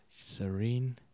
serene